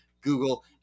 Google